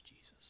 Jesus